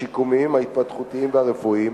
השיקומיים, ההתפתחותיים והרפואיים.